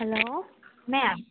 hello ma'am